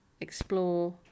explore